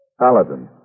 Paladin